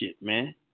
man